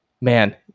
man